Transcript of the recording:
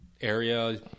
area